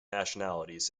nationalities